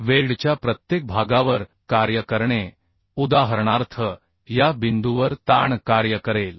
वेल्डच्या प्रत्येक भागावर कार्य करणे उदाहरणार्थ या बिंदूवर ताण कार्य करेल